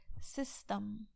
system